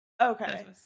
Okay